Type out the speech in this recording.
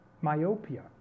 myopia